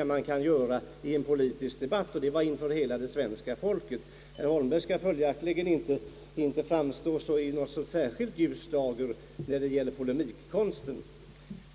som man kan göra i en politisk debatt, och det skedde inför hela det svenska folket. Herr Holmberg kan följaktligen inte framstå i så särskilt ljus dager när det gäller polemikkonst.